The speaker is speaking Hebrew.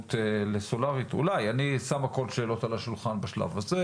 התקדמות לסולרית אני שם הכול שאלות על השולחן בשלב הזה